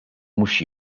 mhux